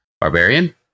Barbarian